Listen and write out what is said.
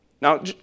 Now